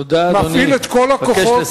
מפעיל את כל הכוחות,